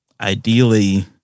ideally